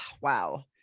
wow